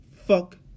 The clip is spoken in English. fuck